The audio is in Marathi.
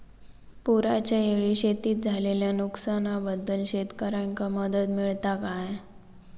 पुराच्यायेळी शेतीत झालेल्या नुकसनाबद्दल शेतकऱ्यांका मदत मिळता काय?